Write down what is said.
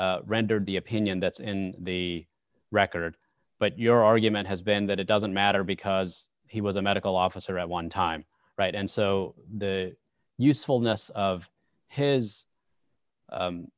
rendered the opinion that's in the record but your argument has been that it doesn't matter because he was a medical officer at one time right and so the usefulness of his